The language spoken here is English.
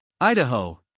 Idaho